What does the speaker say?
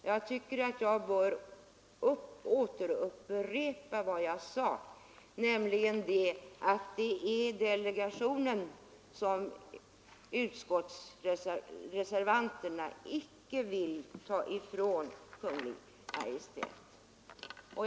Jag bör kanske i detta sammanhang också upprepa vad jag sade tidigare, nämligen att reservanterna icke vill att Kungl. Maj:t skall fråntas delegationsmöjligheten.